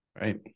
Right